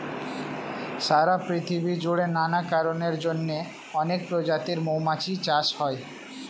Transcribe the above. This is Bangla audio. সারা পৃথিবী জুড়ে নানা কারণের জন্যে অনেক প্রজাতির মৌমাছি চাষ হয়